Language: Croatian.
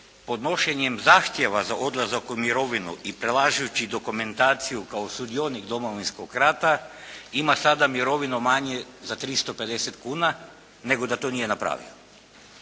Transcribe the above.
podnošenjem zahtjeva za odlazak u mirovinu i prilažući dokumentaciju kao sudionik Domovinskog rata ima sada mirovinu manju za 350 kuna nego da to nije napravio.